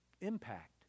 impact